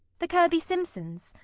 the kirby simpsons.